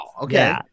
okay